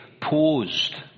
posed